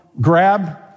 grab